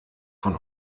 von